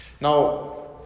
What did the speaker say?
Now